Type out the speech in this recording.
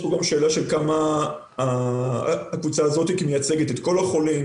ויש שאלה כמה הקבוצה הזאת מייצגת את כל החולים.